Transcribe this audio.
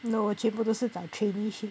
no 我全部都是找 traineeship